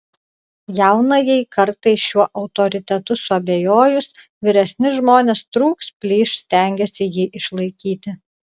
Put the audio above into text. jaunajai kartai šiuo autoritetu suabejojus vyresni žmonės trūks plyš stengiasi jį išlaikyti